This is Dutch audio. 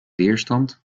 weerstand